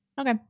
Okay